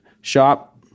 shop